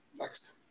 Next